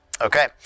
Okay